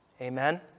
Amen